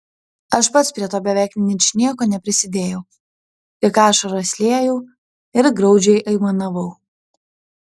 aš pats prie to beveik ničnieko neprisidėjau tik ašaras liejau ir graudžiai aimanavau